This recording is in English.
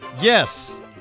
yes